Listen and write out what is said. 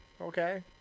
Okay